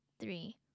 three